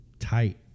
tight